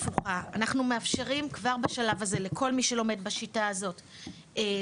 אנחנו מאפשרים כבר בשלב הזה לכל מי שלומד בשיטה זאת להיבחן,